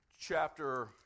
Chapter